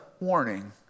warning